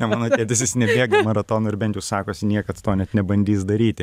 na mano tėtis jis nebėga maratonų ir bent jau sakosi niekad to net nebandys daryti